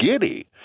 giddy